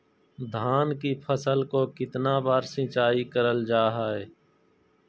धान की फ़सल को कितना बार सिंचाई करल जा हाय?